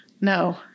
No